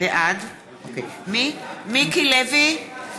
מיקי לוי?